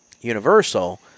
Universal